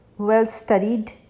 well-studied